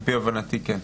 על פי הבנתי, כן.